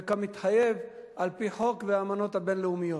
וכמתחייב על-פי חוק והאמנות הבין-לאומיות.